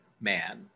man